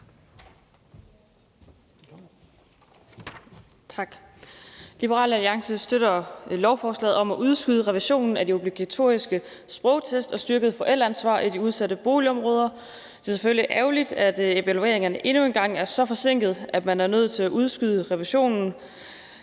Tak. Liberal Alliance støtter lovforslaget om at udskyde revisionen af de obligatoriske sprogtest og det styrkede forældreansvar i de udsatte boligområder. Det er selvfølgelig ærgerligt, at evalueringerne endnu en gang er så forsinket, at man er nødt til at udskyde revisionen,